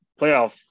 playoff